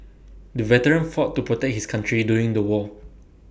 the veteran fought to protect his country during the war